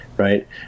Right